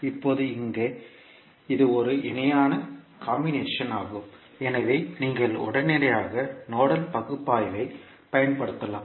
இப்போது இங்கே இது ஒரு இணையான காம்பினேஷன் ஆகும் எனவே நீங்கள் உடனடியாக நோடல் பகுப்பாய்வைப் பயன்படுத்தலாம்